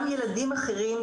גם ילדים אחרים,